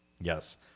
yes